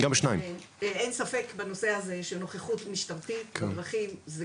אין ספק בנושא הזה שנוכחות משטרתית בדרכים,